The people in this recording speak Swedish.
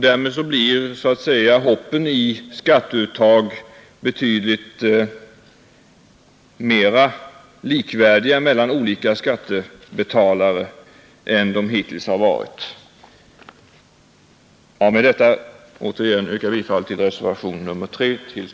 Därmed blir så att säga hoppen i skatteuttag betydligt mera likvärdiga mellan olika skattebetalare än hittills.